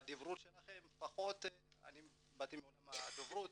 והדברור שלכם אני באתי מעולם הדוברות